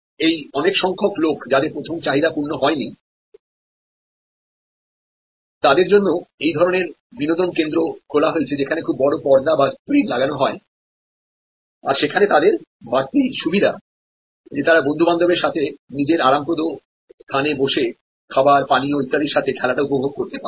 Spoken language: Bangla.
এই অনেক সংখ্যক লোক যাদেরপ্রথম চাহিদা পূর্ণ হয়নি তাদের জন্য এই ধরনের বিনোদন কেন্দ্র খোলা হয়েছে যেখানে খুব বড় স্ক্রিন লাগানো হয় আর সেখানে তাদের বাড়তি সুবিধা যে তারা বন্ধু বান্ধবদের সাথে নিজের আরামপ্রদ স্থানে বসে খাবার পানীয় ইত্যাদির সাথে খেলাটা উপভোগ করতে পারে